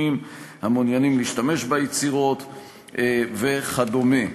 המעוניינים להשתמש ביצירות וכדומה.